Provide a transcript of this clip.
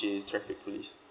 T_P which is traffic police